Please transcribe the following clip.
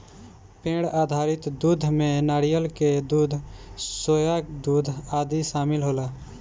पेड़ आधारित दूध में नारियल के दूध, सोया दूध आदि शामिल होला